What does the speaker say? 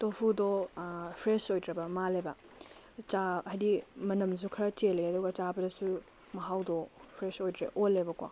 ꯇꯣꯐꯨꯗꯣ phrase ꯑꯣꯏꯗ꯭ꯔꯕ ꯃꯥꯜꯂꯦꯕ ꯍꯥꯏꯗꯤ ꯃꯅꯝꯁꯨ ꯈꯔ ꯆꯦꯜꯂꯦ ꯑꯗꯨꯒ ꯆꯥꯕꯗꯁꯨ ꯃꯍꯥꯎꯗꯣ ꯐ꯭ꯔꯦꯖ ꯑꯣꯏꯗ꯭ꯔꯦ ꯑꯣꯜꯂꯦꯕꯀꯣ